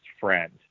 friend